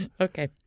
Okay